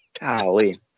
golly